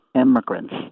immigrants